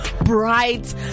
bright